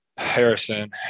Harrison